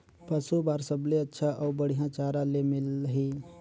पशु बार सबले अच्छा अउ बढ़िया चारा ले मिलही?